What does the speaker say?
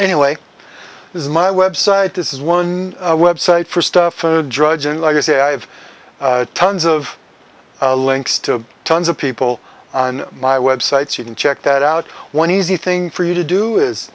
anyway this is my website this is one website for stuff for drudge and like i say i have tons of links to tons of people on my websites you can check that out one easy thing for you to do is